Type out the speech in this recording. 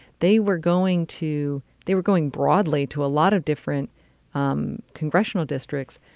they were going to they were going broadly to a lot of different um congressional districts.